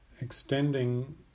Extending